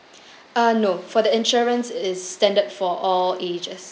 uh no for the insurance it's standard for all ages